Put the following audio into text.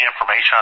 information